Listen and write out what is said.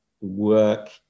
work